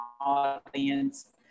audience